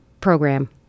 program